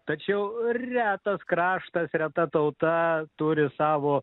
tačiau retas kraštas reta tauta turi savo